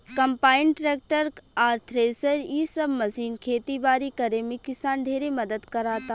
combine, tractor आ thresher इ सब मशीन खेती बारी करे में किसान ढेरे मदद कराता